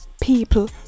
people